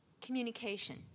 communication